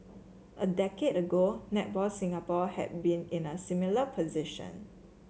a decade ago Netball Singapore had been in a similar position